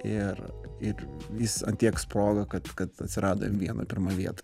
ir ir jis ant tiek sprogo kad kad atsirado m vieno pirmoj vietoj